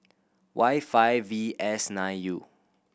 Y five V S nine U